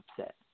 upset